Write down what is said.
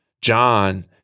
John